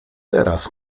teraz